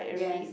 yes